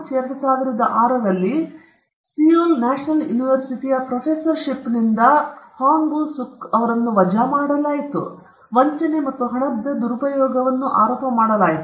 March 2006 ರಲ್ಲಿ Seoul national ಯೂನಿವರ್ಸಿಟಿಯ ಪ್ರೊಫೆಸರ್ಶಿಪ್ನಿಂದ ಅವನನ್ನು ವಜಾ ಮಾಡಲಾಯಿತು ಮತ್ತು ವಂಚನೆ ಮತ್ತು ಹಣದ ದುರುಪಯೋಗ ಆರೋಪ ಮಾಡಲಾಗಿತ್ತು